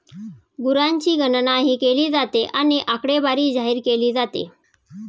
गुरांची गणनाही केली जाते आणि आकडेवारी जाहीर केला जातो